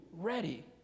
ready